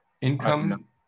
income